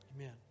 Amen